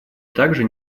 также